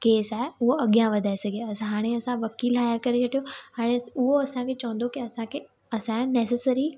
case आहे उहो अॻियां वधाए सघे असां हाणे असां वकील हायर करे छॾियो हाणे हूअ असांखे चवंदो के असांखे असांजे नैसेसरी